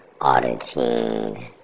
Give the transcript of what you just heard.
Auditing